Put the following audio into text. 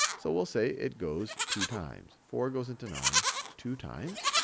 so we'll say it goes two times. four goes into nine two times.